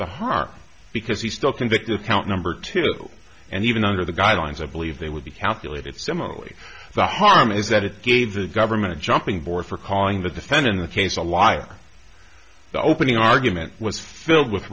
the harm because he's still convicted count number two and even under the guidelines i believe they would be calculated similarly the harm is that it gave the government a jumping board for calling the defendant in the case a liar the opening argument was filled with